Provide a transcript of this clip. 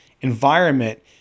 environment